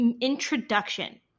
introduction